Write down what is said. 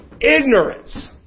ignorance